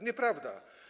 Nieprawda.